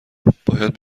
باید